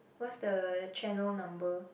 what's the channel number